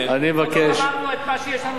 אני מציע דיון בוועדת הכספים.